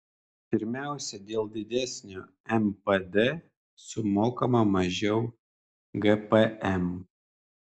pirmiausia dėl didesnio npd sumokama mažiau gpm